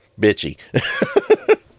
bitchy